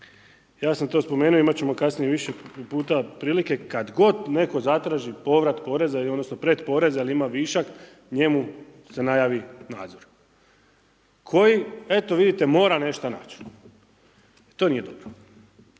ja sam to spomenuo, imat ćemo kasnije više puta prilike kad god netko zatraži povrat poreza odnosno pretporeza jer ima višak, njemu se najavi nadzor koji eto, vidite mora nešto nać. To nije dobro.